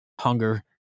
hunger